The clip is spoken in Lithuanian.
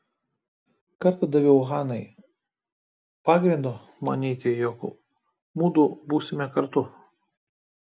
kartą daviau hanai pagrindo manyti jog mudu būsime kartu